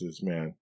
man